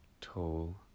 tall